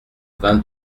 vingt